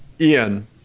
ian